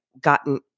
gotten